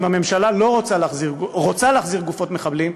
אם הממשלה רוצה להחזיר גופות מחבלים,